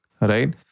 right